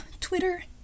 Twitter